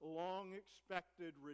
long-expected